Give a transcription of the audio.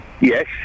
Yes